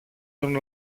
τον